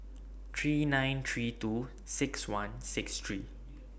three nine three two six one six three